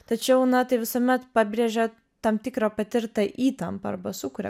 tačiau na tai visuomet pabrėžia tam tikrą patirtą įtampą arba sukuria